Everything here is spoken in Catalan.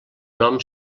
nom